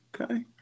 Okay